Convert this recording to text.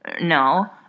No